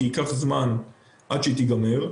כי ייקח זמן עד שהיא תיגמר,